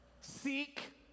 seek